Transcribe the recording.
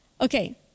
Okay